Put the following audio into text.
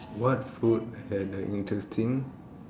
what food had a interesting